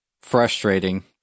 frustrating